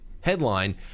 Headline